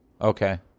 Okay